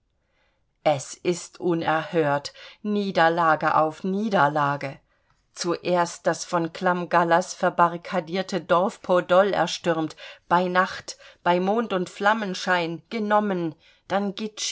es ist unerhört niederlage auf niederlage zuerst das von clam gallas verbarrikadierte dorf podol erstürmt bei nacht bei mond und flammenschein genommen dann